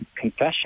confession